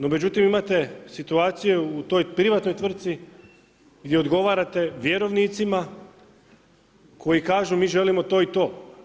No međutim imate situaciju u toj privatnoj tvrci gdje odgovarate vjerovnicima koji kažu mi želimo to i to.